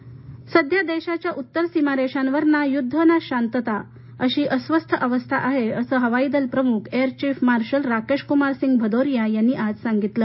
हवाई दल सध्या देशाच्या उत्तर सीमारेषांवर ना युद्ध ना शांतता अशी अस्वस्थ अवस्था आहे असं हवाई दल प्रमुख एअरचीफ मार्शल राकेश कुमार सिंग भदौरिया यांनी आज सांगितलं